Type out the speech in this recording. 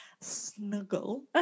snuggle